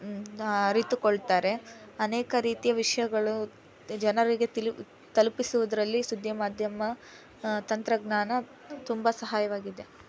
ಅರಿತುಕೊಳ್ತಾರೆ ಅನೇಕ ರೀತಿಯ ವಿಷಯಗಳು ಜನರಿಗೆ ತಿಲು ತಲುಪಿಸುವುದರಲ್ಲಿ ಸುದ್ದಿ ಮಾಧ್ಯಮ ತಂತ್ರಜ್ಞಾನ ತುಂಬ ಸಹಾಯವಾಗಿದೆ